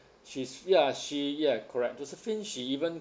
she's ya she ya correct josephine she even